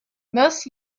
most